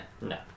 No